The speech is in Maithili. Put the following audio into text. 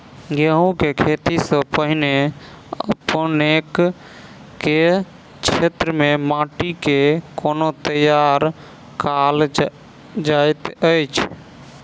गेंहूँ केँ खेती सँ पहिने अपनेक केँ क्षेत्र मे माटि केँ कोना तैयार काल जाइत अछि?